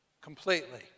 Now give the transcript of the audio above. Completely